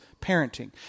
parenting